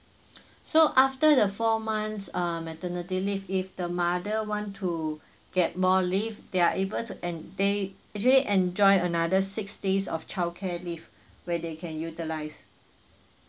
so after the four months uh maternity leave if the mother want to get more leave they're able to en~ they actually enjoy another six days of childcare leave where they can utilise